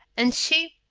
and she